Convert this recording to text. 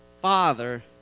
father